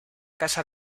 casa